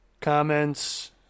comments